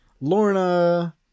Lorna